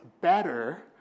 better